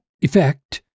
effect